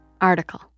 Article